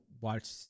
watch